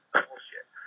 bullshit